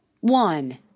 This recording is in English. one